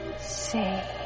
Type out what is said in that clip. Say